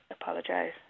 apologise